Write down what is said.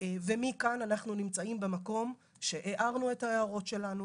ומכאן אנחנו נמצאים במקום שהערנו את ההערות שלנו,